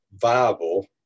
viable